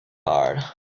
hard